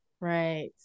Right